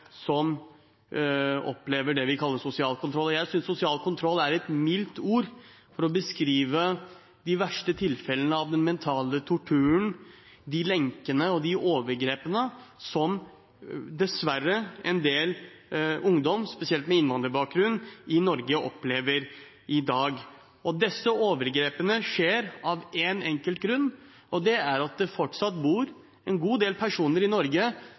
som opplever det vi kaller sosial kontroll. Jeg synes «sosial kontroll» er et mildt uttrykk for å beskrive de verste tilfellene av den mentale torturen, de lenkene og de overgrepene som dessverre en del ungdom, spesielt med innvandrerbakgrunn, i Norge opplever i dag. Disse overgrepene skjer av én enkelt grunn, og det er at det fortsatt bor en god del personer i Norge